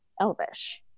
Elvish